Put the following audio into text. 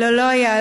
לא, לא היה.